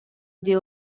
дии